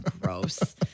Gross